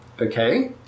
Okay